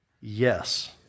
Yes